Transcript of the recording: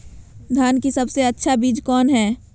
धान की सबसे अच्छा बीज कौन है?